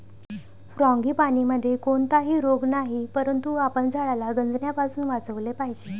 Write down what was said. फ्रांगीपानीमध्ये कोणताही रोग नाही, परंतु आपण झाडाला गंजण्यापासून वाचवले पाहिजे